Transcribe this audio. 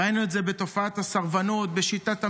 ראינו את זה בתופעת הסרבנות, בשיטת המינויים,